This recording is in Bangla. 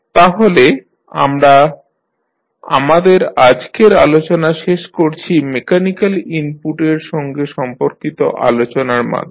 তাহলে আমরা আমাদের আজকের আলোচনা শেষ করছি মেকানিক্যাল ইনপুটের সঙ্গে সম্পর্কিত আলোচনার মাধ্যমে